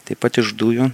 taip pat iš dujų